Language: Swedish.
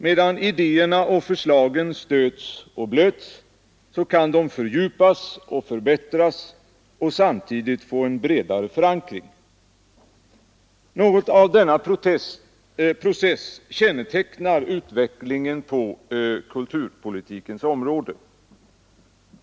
Medan idéerna och förslagen stöts och blöts kan de fördjupas och förbättras och samtidigt få en bredare förankring. Något av denna process kännetecknar utvecklingen på kulturpolitikens område.